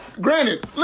granted